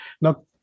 Now